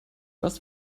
hast